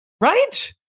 right